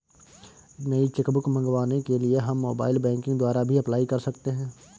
नई cheque book मंगवाने के लिए हम मोबाइल बैंकिंग द्वारा भी अप्लाई कर सकते है